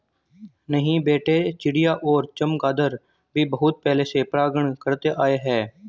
नहीं बेटे चिड़िया और चमगादर भी बहुत पहले से परागण करते आए हैं